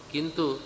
Kintu